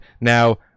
Now